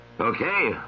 Okay